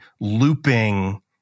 looping